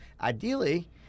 ideally